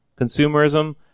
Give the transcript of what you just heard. consumerism